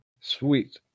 Sweet